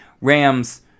Rams